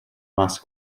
mass